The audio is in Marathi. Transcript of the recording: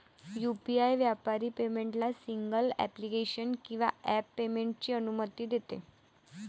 यू.पी.आई व्यापारी पेमेंटला सिंगल ॲप्लिकेशन किंवा ॲप पेमेंटची अनुमती देते